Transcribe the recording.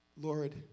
Lord